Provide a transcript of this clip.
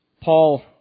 Paul